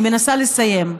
אני מנסה לסיים.